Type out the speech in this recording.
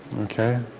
okay